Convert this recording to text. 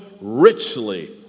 richly